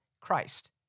Christ